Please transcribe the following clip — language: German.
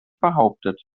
behauptet